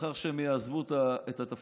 לאחר שהם יעזבו את התפקידים,